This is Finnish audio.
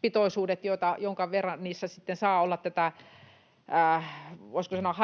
pitoisuudet, minkä verran niissä sitten saa olla tätä, voisiko sanoa,